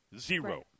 Zero